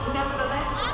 Nevertheless